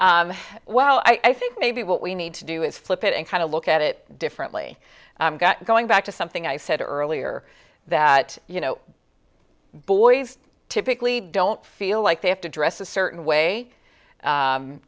sometimes well i think maybe what we need to do is flip it and kind of look at it differently going back to something i said earlier that you know boys typically don't feel like they have to dress a certain way